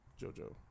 JoJo